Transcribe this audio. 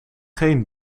geen